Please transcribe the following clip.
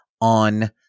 on